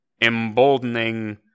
emboldening